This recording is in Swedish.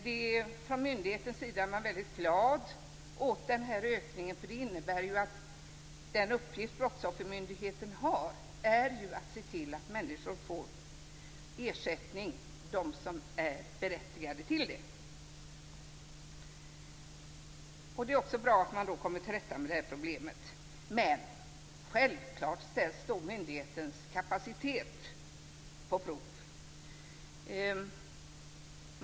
Man är från myndighetens sida glad över ökningen, därför att det innebär att man kan se till att de människor som är berättigade till ersättning får det. Det är också bra att man kommer till rätta med problemet. Men myndighetens kapacitet ställs självklart på prov.